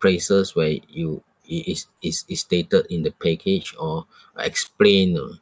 places where you it is is is stated in the package or uh explain uh